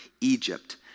Egypt